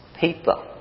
people